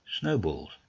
snowballs